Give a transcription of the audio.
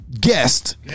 guest